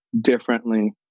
differently